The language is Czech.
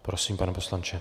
Prosím, pane poslanče.